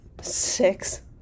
Six